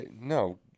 No